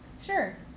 Sure